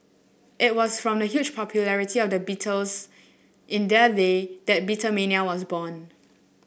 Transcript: it was from the huge popularity of the Beatles in their day that Beatlemania was born